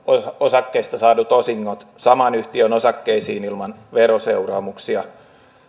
osakkeista saadut osingot saman yhtiön osakkeisiin ilman veroseuraamuksia